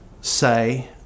say